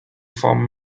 firm